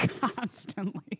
constantly